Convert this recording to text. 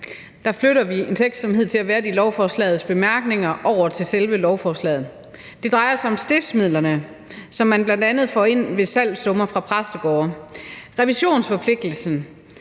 flytter vi en tekst, som hidtil har været i lovens bemærkninger, over til selve loven. Det drejer sig om stiftsmidlerne, som man bl.a. får ind ved salgssummer fra præstegårde. Revisionsforpligtelsen